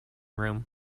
room